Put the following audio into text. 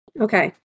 Okay